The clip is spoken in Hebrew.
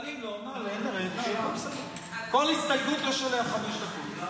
אבל אם לא --- כל הסתייגות יש עליה חמש דקות.